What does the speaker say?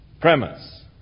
premise